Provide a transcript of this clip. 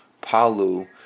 Palu